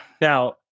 Now